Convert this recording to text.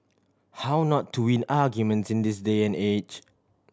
how not to win arguments in this day and age